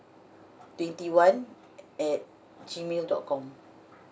twenty one at gmail dot com